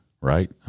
right